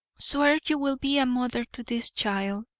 swear you will be a mother to this child!